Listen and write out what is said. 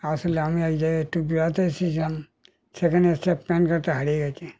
আসলে আমি এক জায়গায় একটু বেড়াতে এসেছিলাম সেখানে এসে প্যান কার্ডটা হারিয়ে গিয়েছে